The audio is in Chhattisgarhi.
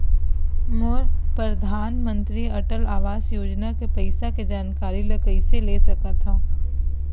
मोर परधानमंतरी अटल आवास योजना के पइसा के जानकारी ल कइसे ले सकत हो?